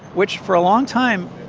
which, for a long time,